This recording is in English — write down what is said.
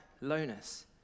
lowness